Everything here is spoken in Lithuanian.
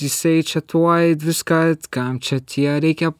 jisai čia tuoj viską kam čia tie reikia